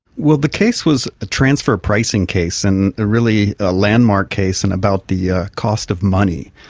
well, the case was a transfer pricing case, and a really ah landmark case and about the ah cost of money.